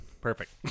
Perfect